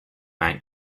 mount